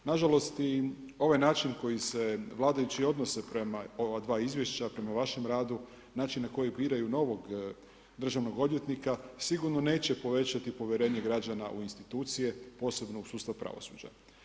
Nažalost i ovaj način koji se vladajući odnose prema ova dva izvješća prema vašem radu, način na koji biraju novog državnog odvjetnika sigurno neće povećati povjerenje građana u institucije, posebno u sustav pravosuđa.